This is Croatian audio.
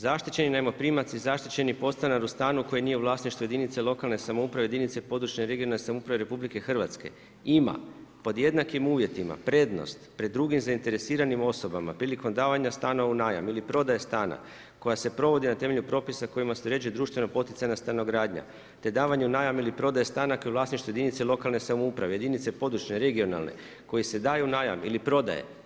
Zaštićeni najmoprimac i zaštićeni podstanar u stanu koji nije vlasništvo jedinice lokalne samouprave, jedinice područne i regionalne samouprave Republike Hrvatske ima pod jednakim uvjetima prednost pred drugim zainteresiranim osobama prilikom davanja stanova u najam ili prodaje stana koja se provodi na temelju propisa kojima se uređuje društveno poticajna stranogradnja, te davanje u najam ili prodaje stana ako je u vlasništvu jedinice lokalne samouprave, jedinice područne, regionalne koji se daje u najam ili prodaje.